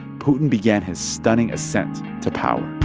putin began his stunning ascent to power